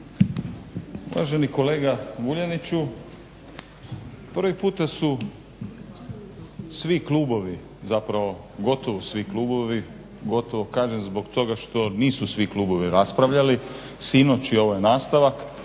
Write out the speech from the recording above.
Uvaženi kolega Vuljaniću, prvi puta su svi klubovi zapravo gotovo svi klubovi, gotovo kažem zbog toga što nisu svi klubovi raspravljali sinoć i ovo je nastavak,